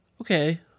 Okay